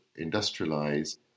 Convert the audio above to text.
industrialize